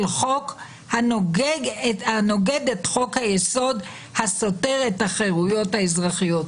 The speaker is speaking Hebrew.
חוק הנוגד את חוק היסוד הסותר את החירויות האזרחיות.